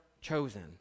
chosen